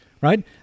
Right